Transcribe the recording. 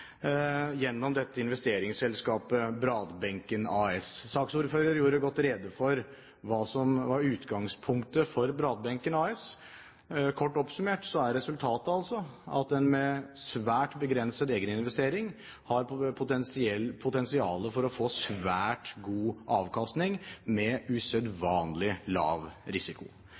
gjennom investeringsselskapet Bradbenken. Saksordføreren gjorde godt rede for hva som var utgangspunktet for Bradbenken. Kort oppsummert er resultatet at en med svært begrenset egeninvestering har potensial for å få svært god avkastning med usedvanlig lav risiko.